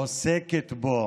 ועוסקת בו